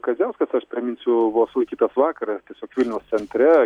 kadziauskasa aš priminsiu buvo sulaikytas vakar tiesiog vilniaus centre